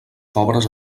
pobres